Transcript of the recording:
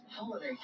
holiday